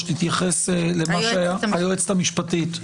תתייחס למה שהיה --- היועצת המשפטית.